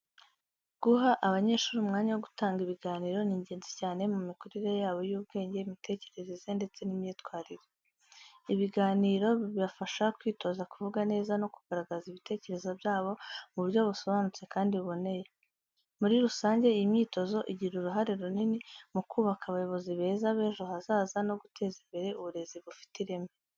Guha abanyeshuri umwanya wo gutanga ibiganiro ni ingenzi cyane mu mikurire yabo y’ubwenge, imitekerereze ndetse n’imyitwarire. Ibiganiro bibafasha kwitoza kuvuga neza no kugaragaza ibitekerezo byabo mu buryo busobanutse kandi buboneye. Muri rusange, iyi myitozo igira uruhare runini mu kubaka abayobozi beza b’ejo hazaza no guteza imbere uburezi bufite ireme.